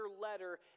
letter